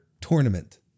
tournament